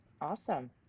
awesome